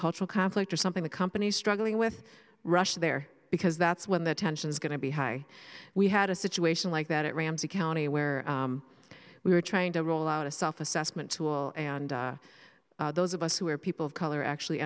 cultural conflict or something the company struggling with russia there because that's when the tension is going to be high we had a situation like that ramsey county where we were trying to roll out a self assessment tool and those of us who were people of color actually